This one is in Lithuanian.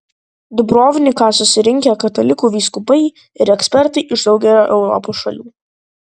dubrovniką susirinkę katalikų vyskupai ir ekspertai iš daugelio europos šalių